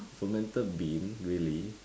fermented bean really